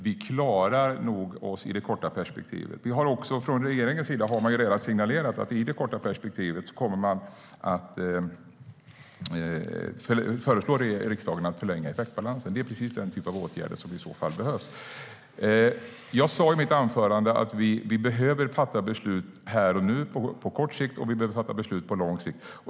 Vi klarar oss nog i det korta perspektivet. Jag sa i mitt anförande att vi behöver fatta beslut här och nu på kort sikt och att vi behöver fatta beslut på lång sikt.